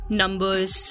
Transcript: numbers